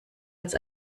als